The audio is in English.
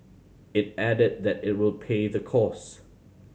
it added that it will pay the cost